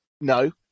no